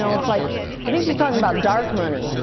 like i think she's talking about dark money,